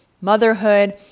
motherhood